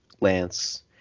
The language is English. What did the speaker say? Lance –